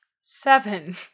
Seven